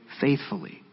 faithfully